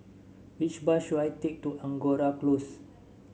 which bus should I take to Angora Close